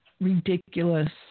ridiculous